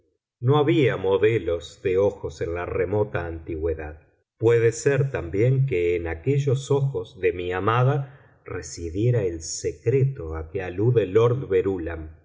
no había modelos de ojos en la remota antigüedad puede ser también que en aquellos ojos de mi amada residiera el secreto a que alude lord verúlam